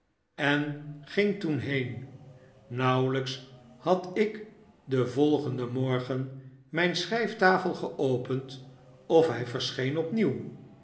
en ging toen heen nauweljjks had ik den volgenden morgen mgn s'chrjjftafel geopend of hij verscheen